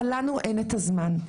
אבל לנו אין זמן.